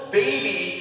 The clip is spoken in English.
baby